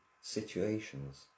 situations